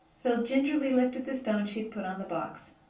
phil gingerly lifted the stone she had put on the box.